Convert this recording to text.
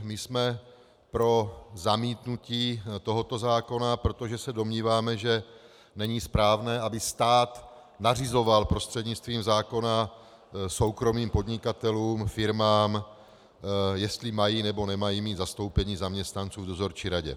My jsme pro zamítnutí tohoto zákona, protože se domníváme, že není správné, aby stát nařizoval prostřednictvím zákona soukromým podnikatelům, firmám, jestli mají, nebo nemají mít zastoupení zaměstnanců v dozorčí radě.